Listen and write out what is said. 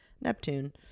Neptune